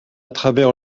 travers